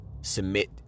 submit